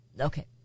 Okay